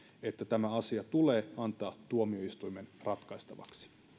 että tämä asia tulee antaa tuomioistuimen ratkaistavaksi